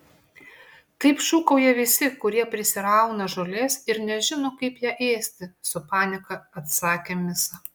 taip šūkauja visi kurie prisirauna žolės ir nežino kaip ją ėsti su panieka atsakė misa